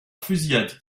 fusillade